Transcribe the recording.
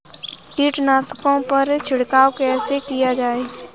कीटनाशकों पर छिड़काव कैसे किया जाए?